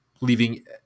leaving